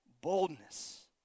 boldness